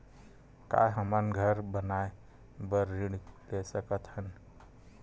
का हमन घर बनाए बार ऋण ले सकत हन?